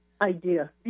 idea